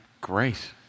great